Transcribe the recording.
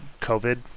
covid